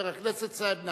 חבר הכנסת סעיד נפאע.